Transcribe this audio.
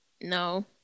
No